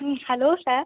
ம் hello sir